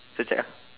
check check ah